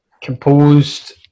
composed